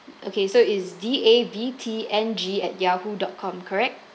okay so it's D A V T N G at yahoo dot com correct